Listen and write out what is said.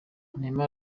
neymar